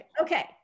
okay